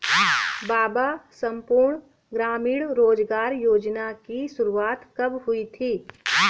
बाबा संपूर्ण ग्रामीण रोजगार योजना की शुरुआत कब हुई थी?